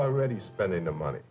already spending the money